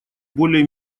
более